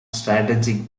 strategic